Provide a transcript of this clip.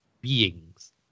beings